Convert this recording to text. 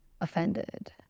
offended